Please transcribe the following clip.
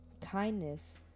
kindness